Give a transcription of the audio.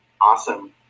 Awesome